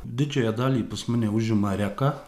didžiąją dalį pas mane užima reka